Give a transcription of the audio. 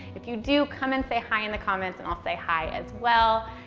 if you do come and say hi in the comments, and i'll say hi as well.